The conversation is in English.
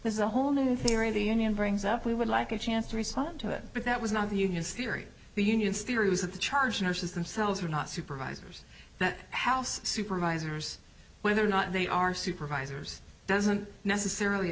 there's a whole new theory of the union brings up we would like a chance to respond to it but that was not the union scary the unions theory was that the charge nurses themselves were not supervisors that house supervisors whether or not they are supervisors doesn't necessarily